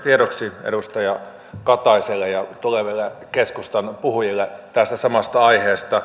tiedoksi edustaja kataiselle ja tuleville keskustan puhujille tästä samasta aiheesta